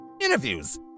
interviews